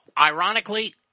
ironically –